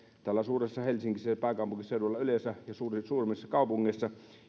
täällä suuressa helsingissä ja pääkaupunkiseudulla yleensä ja suuremmissa kaupungeissa